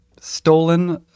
stolen